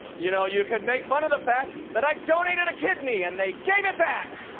you know, you could make fun of the fact that i donated a kidney, and they gave it back!